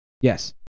Yes